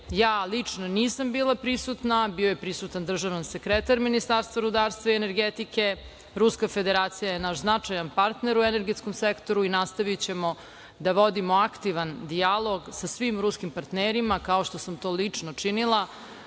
ja lično nisam bila prisutna, bio je prisutan državni sekretar Ministarstva rudarstva i energetike. Ruska Federacija je naš značajan partner u energetskom sektoru i nastavićemo da vodimo aktivan dijalog sa svim ruskim partnerima, kao što sam to lično činila